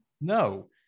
No